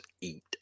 eat